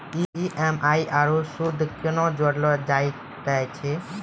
EMI आरू सूद कूना जोड़लऽ जायत ऐछि?